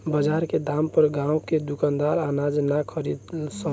बजार के दाम पर गांव के दुकानदार अनाज ना खरीद सन